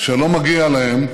ולא מגיע להם,